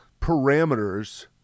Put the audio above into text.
parameters